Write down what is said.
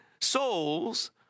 souls